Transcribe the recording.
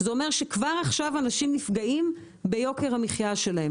זה אומר שכבר עכשיו אנשים נפגעים ביוקר המחיה שלהם.